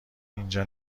اینجا